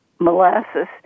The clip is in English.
Molasses